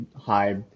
high